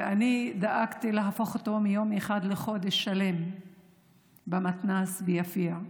ואני דאגתי להפוך אותו מיום אחד לחודש שלם במתנ"ס ביפיע.